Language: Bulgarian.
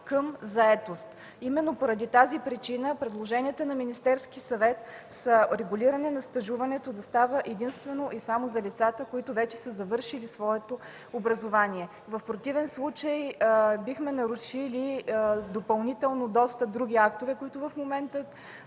към заетост. Именно поради тази причина предложенията на Министерския съвет са регулиране на стажуването да става единствено и само за лицата, които вече са завършили своето образование. В противен случай бихме нарушили допълнително доста други актове, които в момента